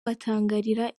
batangarira